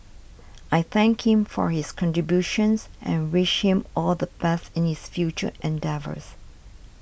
I thank him for his contributions and wish him all the best in his future endeavours